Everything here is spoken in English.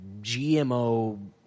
GMO